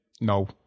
no